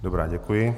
Dobře, děkuji.